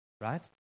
right